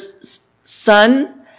Son